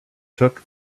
took